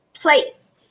place